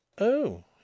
Oh